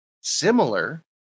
Similar